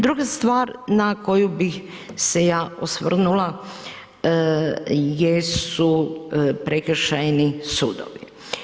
Druga stvar na koju bih se ja osvrnula jesu prekršajni sudovi.